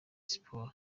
sports